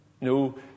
no